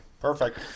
Perfect